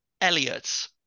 Elliot